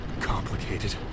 complicated